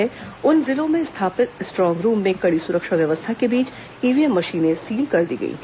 संबंधित जिलों में स्थापित स्ट्रांग रूम में कड़ी सुरक्षा व्यवस्था के बीच ईव्हीएम मशीनें सील कर दी गई हैं